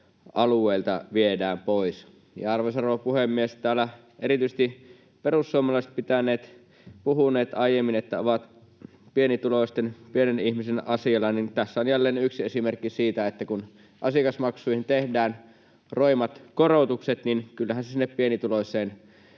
alueilta viedään pois. Arvoisa rouva puhemies! Kun täällä erityisesti perussuomalaiset ovat puhuneet aiemmin, että ovat pienituloisten ja pienen ihmisen asialla, niin tässä on jälleen yksi esimerkki siitä, että kun asiakasmaksuihin tehdään roimat korotukset, niin kyllähän se sinne pienituloiseen